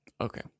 Okay